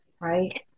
right